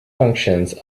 functions